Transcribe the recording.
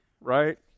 right